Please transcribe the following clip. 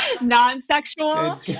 non-sexual